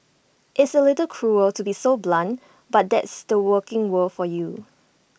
it's A little cruel to be so blunt but that's the working world for you